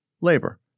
labor